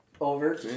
Over